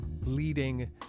leading